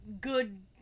good